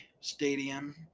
stadium